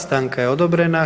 Stanka je odobrena.